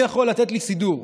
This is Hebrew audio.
מי יכול לתת לי סידור?